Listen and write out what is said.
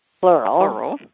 plural